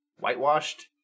whitewashed